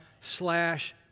slash